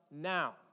now